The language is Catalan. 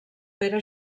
pere